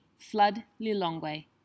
floodlilongwe